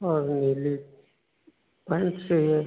और नीली पेंट चाहिए